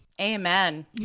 Amen